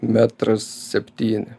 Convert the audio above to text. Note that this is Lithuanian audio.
metras septyni